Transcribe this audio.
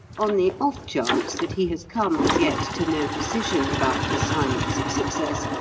on the off-chance that he has come as yet to no decision about the science of success,